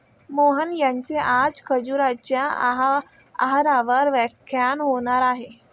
मोहन यांचे आज खजुराच्या आहारावर व्याख्यान होणार आहे